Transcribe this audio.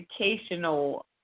educational